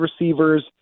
receivers